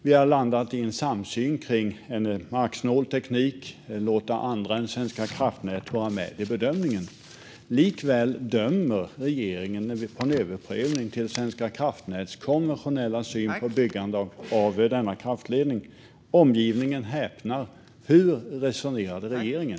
Vi har landat i en samsyn kring en marksnål teknik och låta andra än Svenska kraftnät vara med vid bedömningen. Likväl böjer sig regeringen för Svenska kraftnäts överprövning och konventionella syn på byggande av denna kraftledning. Omgivningen häpnar. Hur resonerade regeringen?